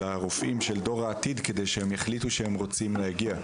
הרופאים של דור העתיד כדי שהם יחליטו שהם רוצים להגיע.